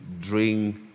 drink